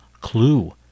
clue